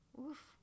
Oof